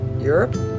Europe